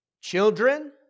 Children